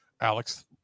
alex